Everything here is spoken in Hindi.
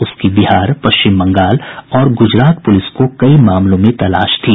उसकी बिहार पश्चिम बंगाल और गुजरात पुलिस को कई मामलों में तलाश थी